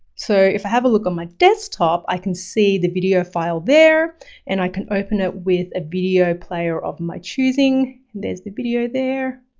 so if i have a look on my desktop, i can see the video file there and i can open it with a video player of my choosing. there's the video there.